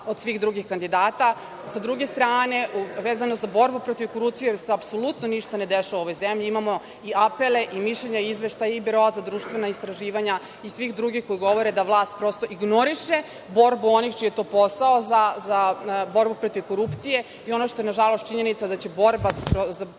od svih drugih kandidata. Sa druge strane, vezano za borbu protiv korupcije, gde se apsolutno ništa ne dešava u ovoj zemlji, imamo i apele i mišljenja i izveštaje i Biroa za društvena istraživanja i svih drugih koji govore da vlast prosto ignoriše borbu onih čiji je to posao za borbu protiv korupcije i ono što je nažalost činjenica, da će borba protiv korupcije